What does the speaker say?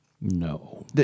No